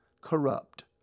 corrupt